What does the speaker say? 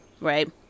right